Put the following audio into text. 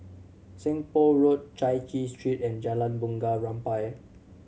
Seng Poh Road Chai Chee Street and Jalan Bunga Rampai